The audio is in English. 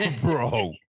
Bro